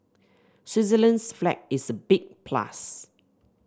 Switzerland's flag is a big plus